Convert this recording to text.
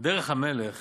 דרך המלך